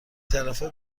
طرفه